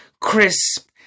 crisp